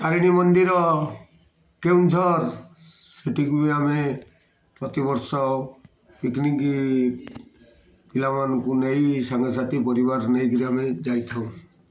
ତାରିଣୀ ମନ୍ଦିର କେଉଁଝର ସେଠିକୁ ବି ଆମେ ପ୍ରତିବର୍ଷ ପିକ୍ନିକ୍ ପିଲାମାନଙ୍କୁ ନେଇ ସାଙ୍ଗସାଥି ପରିବାର ନେଇ କରି ଆମେ ଯାଇଥାଉ